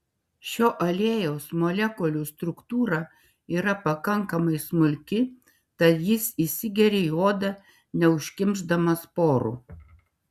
šio aliejaus molekulių struktūra yra pakankamai smulki tad jis įsigeria į odą neužkimšdamas porų